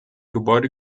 gebäude